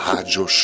Rádio